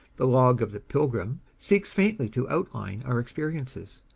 the log of the pilgrim seeks faintly to outline our experiences,